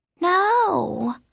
No